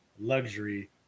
luxury